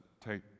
take